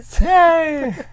Yay